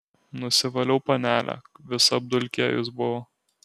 nusivaliau panelę visa apdulkėjus buvo